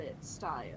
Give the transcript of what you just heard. style